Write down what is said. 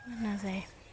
নাযায়